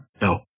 No